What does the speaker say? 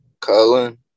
Colin